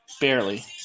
Barely